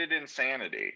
insanity